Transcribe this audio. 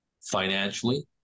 financially